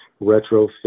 retrofit